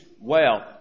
wealth